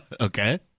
Okay